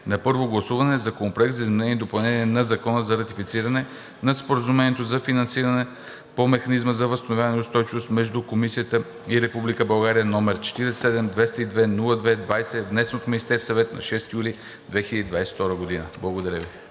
на първо гласуване Законопроект за изменение и допълнение на Закон за ратифициране на Споразумението за финансиране по Механизма за възстановяване и устойчивост между Комисията и Република България, № 47-202-02-20, внесен от Министерския съвет на 6 юли 2022 г.“ Благодаря Ви.